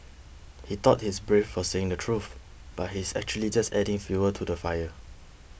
he thought he's brave for saying the truth but he's actually just adding fuel to the fire